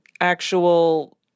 actual